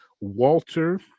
Walter